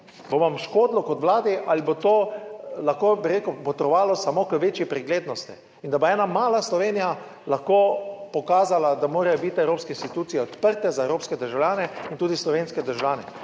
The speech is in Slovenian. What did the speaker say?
Bo vam škodilo kot Vladi ali bo to, lahko bi rekel, botrovalo samo k večji preglednosti in da bo ena mala Slovenija lahko pokazala, da morajo biti evropske institucije odprte za evropske državljane in tudi slovenske državljane.